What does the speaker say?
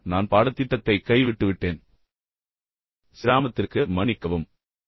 ஆம் ஐயா நான் பாடத்திட்டத்தை கைவிட்டூ விட்டேன் சிராமத்திற்கு மன்னிக்கவும்